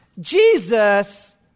Jesus